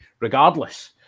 regardless